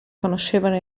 conoscevano